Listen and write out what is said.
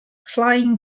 flying